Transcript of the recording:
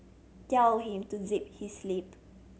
tell him to zip his lip